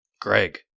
Greg